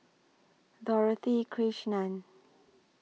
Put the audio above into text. Dorothy Krishnan